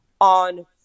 on